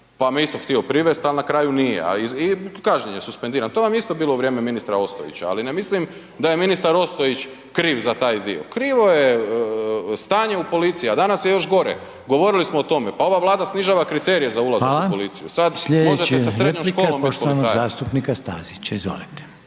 pa me isto htio privesti, ali na kraju nije i kažnjen je suspendiran. To vam je isto bilo u vrijeme ministra Ostojića. Ali ne mislim da je ministar Ostojić kriv za taj dio, krivo je stanje u policiji. A danas je još gore. Govorili smo o tome, pa ova Vlada snižava kriterije za ulazak u policiju, sada možete sa srednjom školom biti policajac.